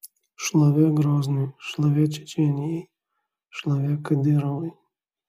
šlovė groznui šlovė čečėnijai šlovė kadyrovui